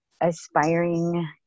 aspiring